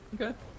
okay